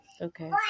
Okay